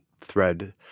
thread